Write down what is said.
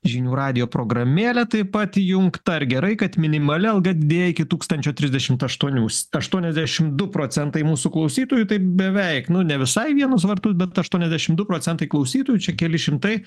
žinių radijo programėlė taip pat įjungta ar gerai kad minimali alga didėja iki tūkstančio trisdešimt aštuonių aštuoniasdešimt du procentai mūsų klausytojų taip beveik nu ne visai į vienus vartus bet aštuoniasdešimt du procentai klausytojų čia keli šimtai